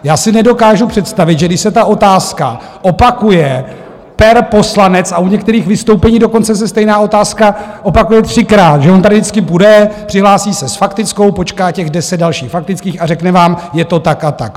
Já si nedokážu představit, že když se ta otázka opakuje per poslanec, a u některých vystoupení dokonce se stejná otázka opakuje třikrát, že on tady vždycky bude, přihlásí se s faktickou, počká těch deset dalších faktických a řekne vám, je to tak a tak.